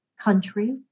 country